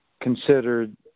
considered